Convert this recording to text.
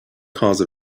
cause